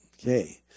Okay